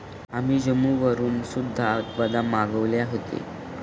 आम्ही जम्मूवरून सुद्धा बदाम मागवले होते